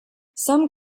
some